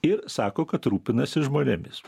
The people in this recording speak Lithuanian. ir sako kad rūpinasi žmonėmis